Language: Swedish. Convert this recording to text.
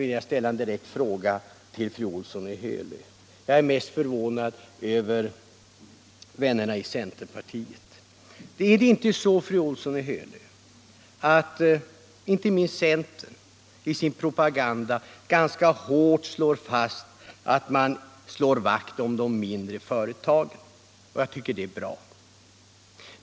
Jag vill ställa en direkt fråga till fru Olsson i Hölö: Är det inte så, fru Olsson i Hölö, att centern i sin propaganda ganska hårt slår fast att man slår vakt om de mindre företagen? Jag tycker det är bra.